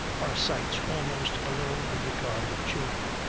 are sights almost below the regard of children.